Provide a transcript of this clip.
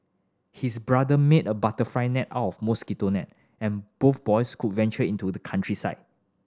his brother made a butterfly net out of mosquito net and both boys could venture into the countryside